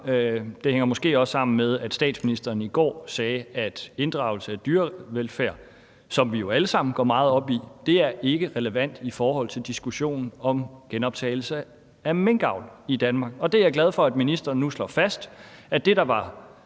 Det hænger måske også sammen med, at statsministeren i går sagde, at inddragelse af dyrevelfærd, som vi jo alle sammen går meget op i, ikke er relevant i forhold til diskussionen om genoptagelse af minkavl i Danmark. Det er jeg glad for at ministeren nu slår fast, nemlig at det, der var